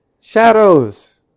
Shadows